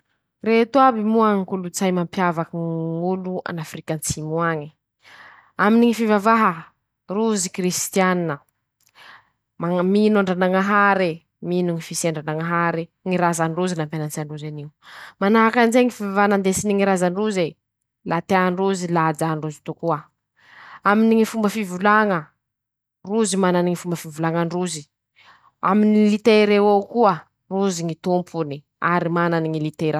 Reto aby moa ñy kolotsay mampiavaky ñnn ñ'olo a afrika atsimo añy: -Aminy ñy fivavaha ,rozy kristianina ,maña m mino andranañahare ,mino ñy fisian-dranañahare ,ñy razan-drozy nampianatsy an-drozy anio; manahaky anizay ñy fivavaha nandesiny ñy razan-droze ,la tean-drozy la hajàn-drozy tokoa ;aminy ñy fomba fivolaña ,rozy manany ñy fomba fivolañan-drozy ;aminy lll liter'eo eo koa ,rozy ñy tompony ary manany ñy literan-drozy.